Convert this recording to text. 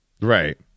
Right